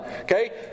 Okay